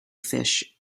fish